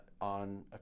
on